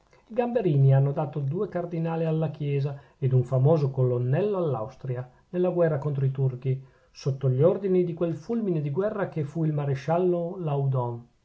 gamberini hanno dato due cardinali alla chiesa e un famoso colonnello all'austria nella guerra contro i turchi sotto gli ordini di quel fulmine di guerra che fu il maresciallo laudon